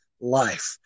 life